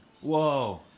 Whoa